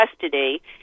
custody